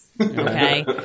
Okay